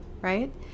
right